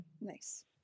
Nice